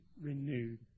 renewed